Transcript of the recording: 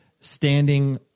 standing